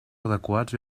adequats